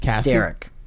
Derek